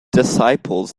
disciples